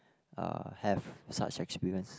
uh have such experience